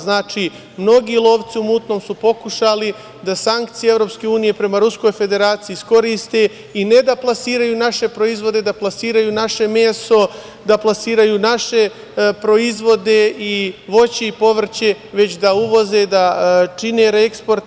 Znači mnogi lovci u mutnom su pokušali da sankcije EU prema Ruskoj Federaciji iskoriste i ne da plasiraju naše proizvode, da plasiraju naše meso, da plasiraju naše proizvode i voće i povrće, već da uvoze, da čine reeksport.